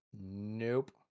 Nope